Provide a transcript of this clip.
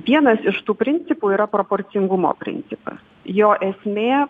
vienas iš tų principų yra proporcingumo principas jo esmė